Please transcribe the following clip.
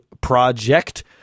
project